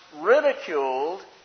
ridiculed